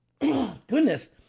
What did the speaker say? goodness